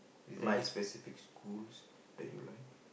is there any specific schools that you like